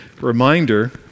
reminder